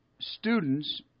students